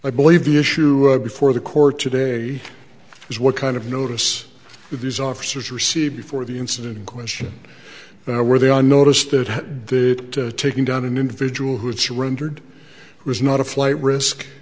i believe the issue before the court today is what kind of notice these officers received before the incident in question now where they are noticed that the taking down an individual who had surrendered was not a flight risk